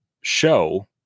show